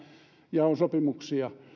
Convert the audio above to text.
ja on sopimuksia